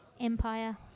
Empire